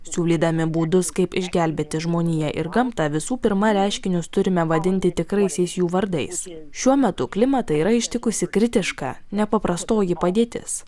siūlydami būdus kaip išgelbėti žmoniją ir gamtą visų pirma reiškinius turime vadinti tikraisiais jų vardais šiuo metu klimatą yra ištikusi kritiška nepaprastoji padėtis